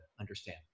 understand